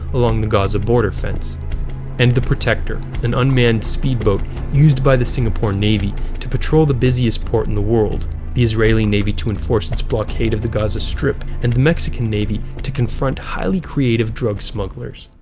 along the gaza border fence and the protector, an unmanned speed boat used by the singapore navy to patrol the busiest port in the world the israeli navy to enforce its blockade of the gaza strip and the mexican navy to confront highly creative drug smugglers.